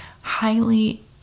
highly